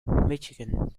michigan